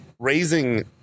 Raising